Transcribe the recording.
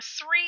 three